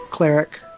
Cleric